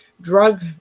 drug